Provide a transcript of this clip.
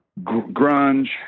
grunge